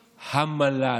המל"ל.